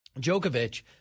Djokovic